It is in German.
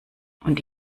und